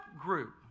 group